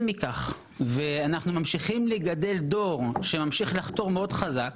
מכך ואנחנו ממשיכים לגדל דור שממשיך לחתור מאוד חזק,